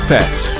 Pets